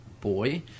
boy